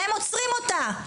והם עוצרים אותה.